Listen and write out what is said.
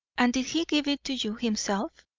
and did he give it to you himself